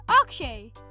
akshay